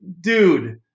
dude